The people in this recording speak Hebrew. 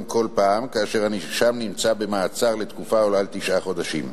כל פעם כאשר הנאשם נמצא במעצר לתקופה העולה על תשעה חודשים.